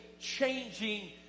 changing